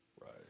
Right